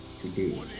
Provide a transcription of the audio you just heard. today